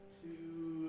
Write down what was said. two